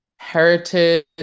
heritage